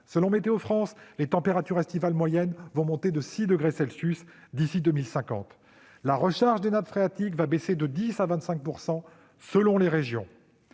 Selon Météo-France, les températures estivales moyennes augmenteraient de 6 degrés Celsius d'ici à 2050. La recharge des nappes phréatiques diminuerait de 10 % à 25 % selon les régions.